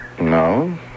No